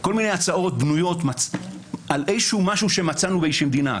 כל מיני הצעות בנויות על משהו שמצאנו באיזה מדינה.